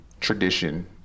tradition